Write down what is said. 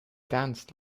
danced